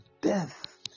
death